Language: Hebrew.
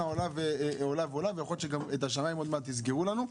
עולה ועולה ויכול להיות שגם את השמיים עוד מעט יסגרו לנו.